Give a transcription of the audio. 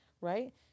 right